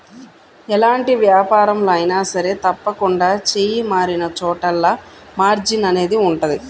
ఎలాంటి వ్యాపారంలో అయినా సరే తప్పకుండా చెయ్యి మారినచోటల్లా మార్జిన్ అనేది ఉంటది